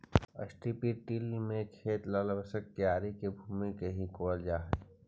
strip till में खेत ला आवश्यक क्यारी के भूमि के ही कोड़ल जा हई